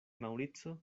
maŭrico